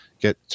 get